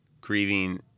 grieving